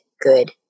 good